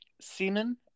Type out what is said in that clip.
semen